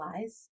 lies